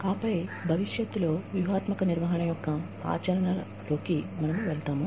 ఆపై భవిష్యత్తులో వ్యూహాత్మక నిర్వహణ యొక్క ఆచరణల లో కి మనము వెళ్తాము